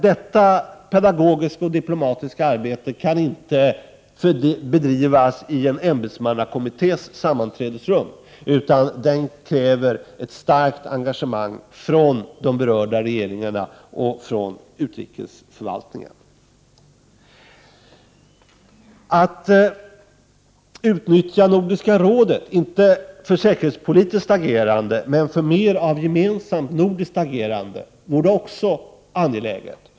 Detta diplomatiska och pedagogiska arbete kan inte bedrivas i en ämbetsmannakommittés sammanträdesrum, utan det kräver ett starkt engagemang från de berörda regeringarna och från utrikesförvaltningen. Att utnyttja Nordiska rådet, inte för säkerhetspolitiskt agerande men för mer av gemensamt nordiskt agerande, vore också angeläget.